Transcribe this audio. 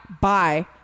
bye